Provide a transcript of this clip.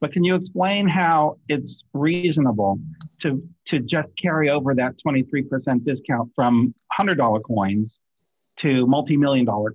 but can you explain how it's reasonable to just carry over that twenty three percent discount from one hundred dollars coins to multi million dollar